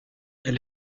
elle